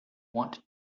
want